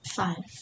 five